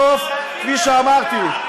בסוף, כפי שאמרתי,